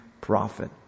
prophet